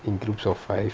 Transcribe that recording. in groups of five